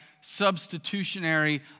substitutionary